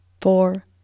four